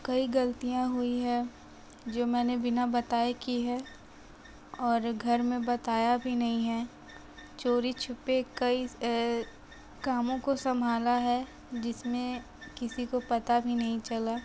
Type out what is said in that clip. कई गलतियाँ हुई है जो मैंने बिना बताए की है और घर में बताया भी नहीं है चोरी छुपे कई कामों को संभाला है जिसमें किसी को पता भी नहीं चला